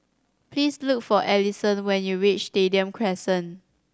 please look for Alison when you reach Stadium Crescent